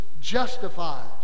justifies